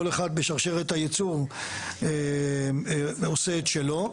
כל אחד בשרשרת הייצור עושה את שלו.